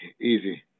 easy